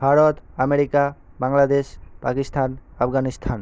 Bharat America Bangladesh Pakistan Afghanistan